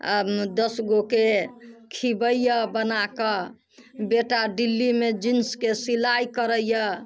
दस गोके खियबैए बना कऽ बेटा दिल्लीमे जींसके सिलाइ करैए